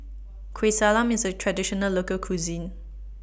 Kueh Salam IS A Traditional Local Cuisine